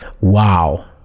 Wow